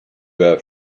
have